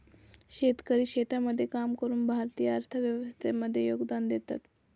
शेतकरी शेतामध्ये काम करून भारतीय अर्थव्यवस्थे मध्ये योगदान देतात